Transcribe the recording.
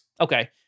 Okay